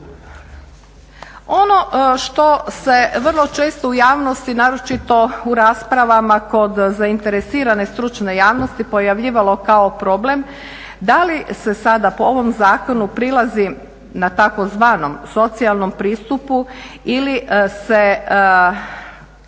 Ono što se vrlo često u javnosti, naročito u raspravama kod zainteresirane stručne javnosti, pojavljivalo kao problem, da li se sada po ovom zakonu prilazi na tzv. socijalnom pristupu ili se